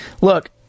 look